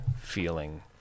feeling